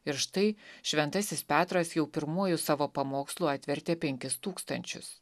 ir štai šventasis petras jau pirmuoju savo pamokslu atvertė penkis tūkstančius